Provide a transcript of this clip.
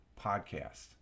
podcast